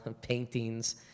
paintings